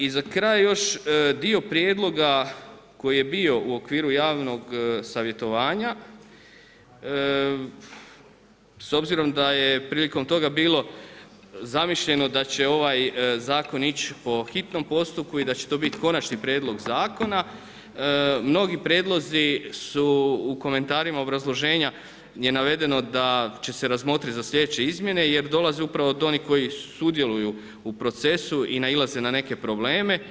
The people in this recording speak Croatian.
I za kraj još dio prijedloga koji je bio u okviru javnog savjetovanja, s obzirom da je prilikom toga bilo zamišljeno da će ovaj zakon ići po hitnom postupku i da će to biti konačni prijedlog zakona mnogi prijedlozi su u komentarima obrazloženja je navedeno da će se razmotriti za sljedeće izmjene jer dolazi upravo od onih koji sudjeluju u procesu i nailaze na neke probleme.